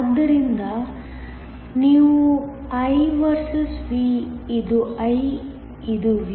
ಆದ್ದರಿಂದ ನೀವು I versus V ಇದು I ಇದು V